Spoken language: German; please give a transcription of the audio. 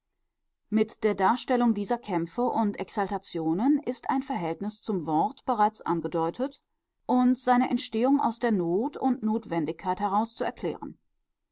mit der darstellung dieser kämpfe und exaltationen ist ein verhältnis zum wort bereits angedeutet und seine entstehung aus der not und notwendigkeit heraus zu erklären